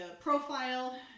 profile